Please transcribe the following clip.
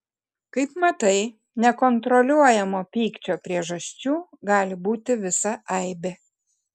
kaip matai nekontroliuojamo pykčio priežasčių gali būti visa aibė